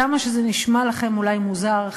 כמה שזה נשמע לכם אולי מוזר,